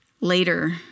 later